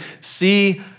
see